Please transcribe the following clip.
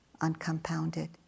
uncompounded